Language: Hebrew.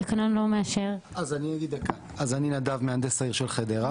אני מהנדס העיר של חדרה.